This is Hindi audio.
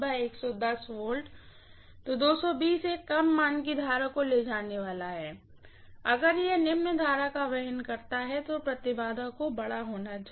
एक कम मान कि करंट को ले जाने वाला है अगर यह निम्न करंट को वहन करता है तो इम्पीडेन्स को बड़ा होना चाहिए